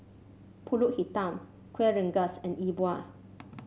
pulut hitam Kueh Rengas and E Bua